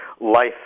life